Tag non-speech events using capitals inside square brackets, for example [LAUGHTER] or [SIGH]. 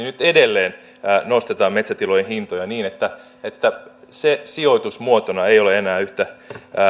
[UNINTELLIGIBLE] nyt edelleen nostetaan metsätilojen hintoja niin että että se sijoitusmuotona ei ole enää yhtä